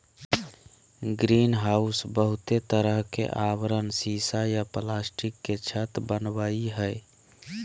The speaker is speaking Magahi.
ग्रीनहाउस बहुते तरह के आवरण सीसा या प्लास्टिक के छत वनावई हई